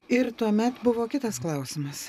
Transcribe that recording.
ir tuomet buvo kitas klausimas